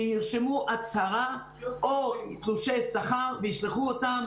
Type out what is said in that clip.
שירשמו הצהרה או תלושי שכר וישלחו אותם